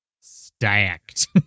Stacked